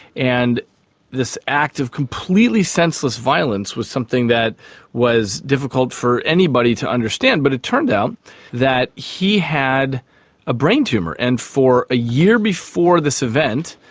and this act of completely senseless violence was something that was difficult for anybody to understand, but it turned out that he had a brain tumour. and for a year before this event,